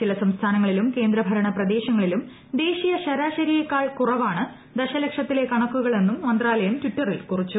ചില സംസ്ഥാനങ്ങളിലും കേന്ദ്ര ഭരണ പ്രദേശങ്ങളിലും ദേശീയ ശരാശരിയേക്കാൾ കുറവാണ് ദശലക്ഷത്തിലെ കണക്കുകളെന്നും മന്ത്രാലയം ടിറ്ററിൽ കുറിച്ചു